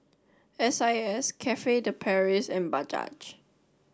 S I S Cafe de Paris and Bajaj